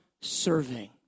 serving